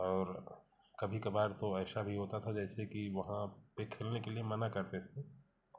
और कभी कभार तो ऐसा भी होता था जैसे कि वहाँ पर खेलने के लिए मना करते थे